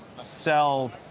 sell